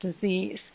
disease